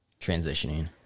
transitioning